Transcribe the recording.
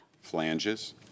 Flanges